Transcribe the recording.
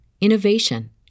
innovation